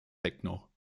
techno